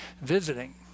visiting